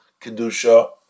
Kedusha